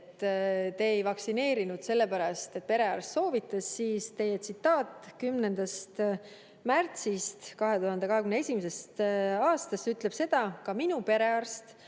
et te ei vaktsineerinud sellepärast, et perearst soovitas. Teie tsitaat 10. märtsist 2021. aastast on selline: "Ka minu perearst